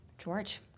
George